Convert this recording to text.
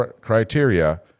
criteria